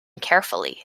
carefully